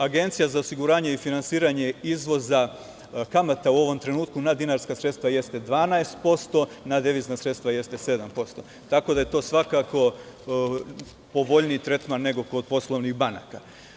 Agencija za osiguranje i finansiranje izvoza kamata u ovom trenutku na dinarska sredstva jeste 12%, na devizna sredstva jeste 7%, tako da je to svakako povoljniji tretman nego kod poslovnih banaka.